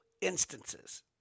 instances